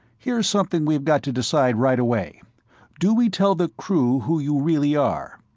here's something we've got to decide right away do we tell the crew who you really are?